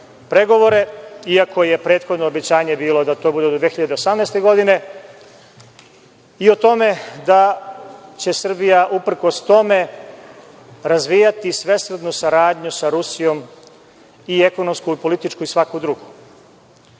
pregovore, iako je prethodno obećanje bilo da to bude do 2018. godine i o tome da će Srbija uprkos tome razvijati svesrdnu saradnju sa Rusijom i ekonomsku i političku i svaku drugu.